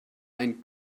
ein